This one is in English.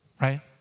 right